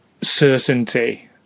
certainty